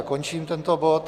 Končím tento bod.